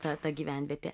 ta ta gyvenvietė